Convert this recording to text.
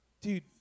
Dude